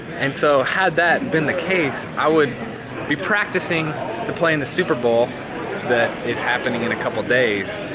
and so had that been the case, i would be practicing to play in the superbowl that is happening in a couple days.